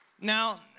Now